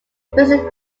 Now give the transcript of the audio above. basic